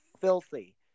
filthy